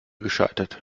gescheitert